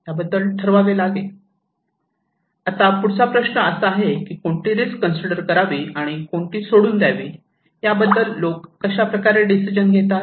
आता पुढचा प्रश्न असा आहे की कोणती रिस्क कन्सिडर करावी आणि कोणती सोडून द्यावी याबद्दल लोक कशाप्रकारे डिसिजन घेतात